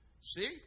See